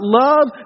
love